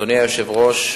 אדוני היושב-ראש,